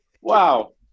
Wow